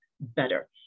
better